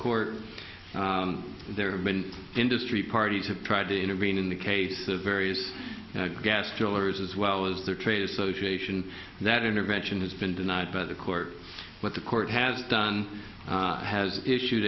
court there have been industry parties have tried to intervene in the case of various gas jewelers as well as their trade association that intervention has been denied by the court what the court has done has issued